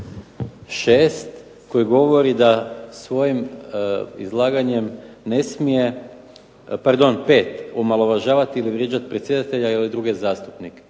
6. koji govori da svojim izlaganjem ne smije, pardon 5. omalovažavati ili vrijeđati predsjedatelja ili druge zastupnike.